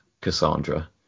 Cassandra